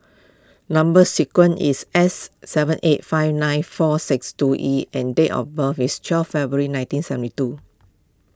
Number Sequence is S seven eight five nine four six two E and date of birth is twelve February nineteen seventy two